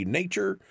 nature